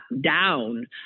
down